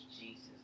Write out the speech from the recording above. Jesus